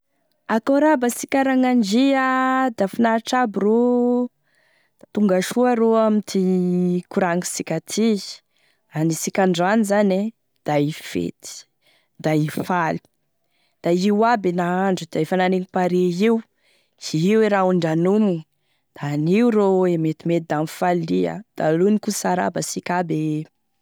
Akory aby asika Ragnandria, da finaritry aby rô, tonga soa rô amty koragnisika ty, anisika androany zany e da ifety, da hifaly da io aby e nahandro da efa nanigny paré io, io raha hondranomigny da hanio rô e metimety da mifalia, da lonoky ho sara aby asika aby e.